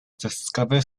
discover